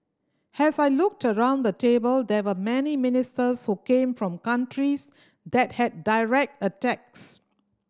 has I looked around the table there were many ministers who came from countries that had direct attacks